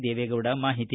ದೇವೇಗೌಡ ಮಾಹಿತಿ